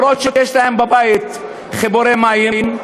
גם אם יש להם בבית חיבורי מים,